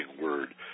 word